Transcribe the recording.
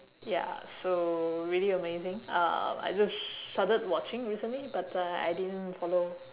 ya so really amazing uh I just started watching recently but uh I didn't follow